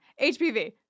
HPV